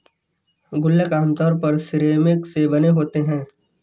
गुल्लक आमतौर पर सिरेमिक से बने होते हैं